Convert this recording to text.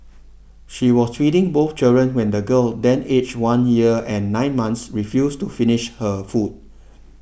she was feeding both children when the girl then aged one year and nine months refused to finish her food